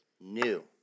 new